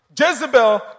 Jezebel